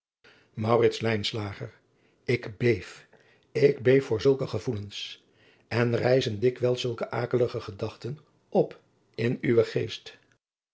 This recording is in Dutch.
ik beef ik beef voor zulke gevoelens en rijzen dikwijls zulke akelige gedachten op in uwen geest